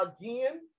again